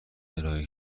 ارائه